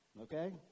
okay